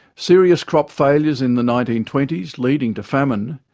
serious crop failures in the nineteen twenty s, leading to famine,